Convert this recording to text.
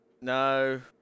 No